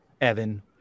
Evan